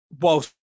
whilst